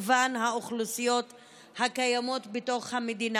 ממגוון האוכלוסיות הקיימות בתוך המדינה.